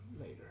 later